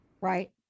Right